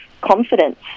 confidence